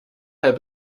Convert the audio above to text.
het